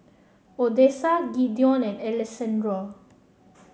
Odessa Gideon and Alessandro